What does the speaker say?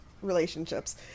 Relationships